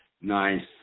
Nice